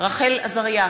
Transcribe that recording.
רחל עזריה,